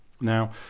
Now